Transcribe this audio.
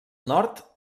nord